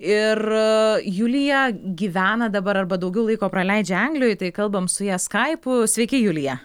ir julija gyvena dabar arba daugiau laiko praleidžia anglijoj tai kalbam su ja skaipu sveiki julija